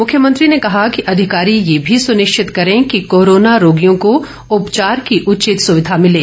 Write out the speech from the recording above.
मुख्यमंत्री ने कहा कि अधिकारी यह भी सुनिश्चित करें कि कोरोना रोगियों को उपचार की उचित सुविधा मिले